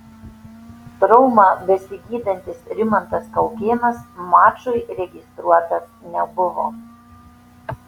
traumą besigydantis rimantas kaukėnas mačui registruotas nebuvo